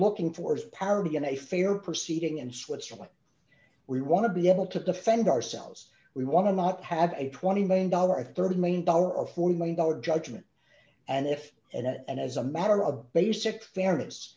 looking for parity in a fair proceeding in switzerland we want to be able to defend ourselves we want to not have a twenty million dollar thirty million dollar or forty million dollars judgment and if and as a matter of basic fairness